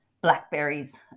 blackberries